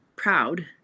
proud